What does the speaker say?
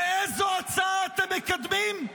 ואיזו הצעה אתם מקדמים?